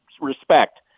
respect